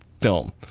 Film